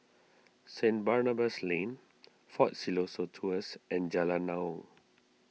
St Barnabas Lane fort Siloso Tours and Jalan Naung